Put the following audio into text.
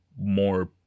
more